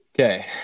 Okay